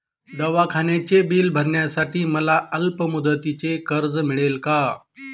दवाखान्याचे बिल भरण्यासाठी मला अल्पमुदतीचे कर्ज मिळेल का?